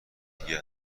دیگه